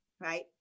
right